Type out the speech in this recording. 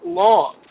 long